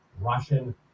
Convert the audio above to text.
Russian